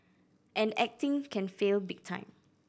and acting can fail big time